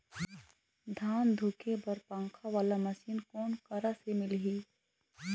धान धुके बर पंखा वाला मशीन कोन करा से मिलही?